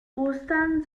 ostern